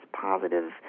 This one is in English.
positive